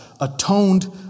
atoned